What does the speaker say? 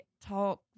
talk